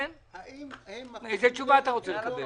האם הם --- איזו תשובה אתה רוצה לקבל?